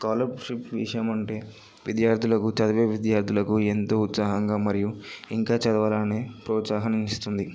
scholarship విషయం అంటే విద్యార్థులకు చదివే విద్యార్థులకు ఎంతో ఉత్సాహంగా మరియు ఇంకా చదవాలని ప్రోత్సాహాన్ని ఇస్తుంది